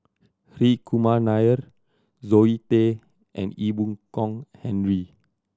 Hri Kumar Nair Zoe Tay and Ee Boon Kong Henry